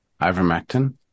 ivermectin